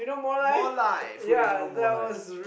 more life who doesn't know more life